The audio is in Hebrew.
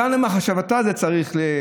גם למחשבתה זה צריך להיות.